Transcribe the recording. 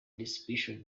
distribution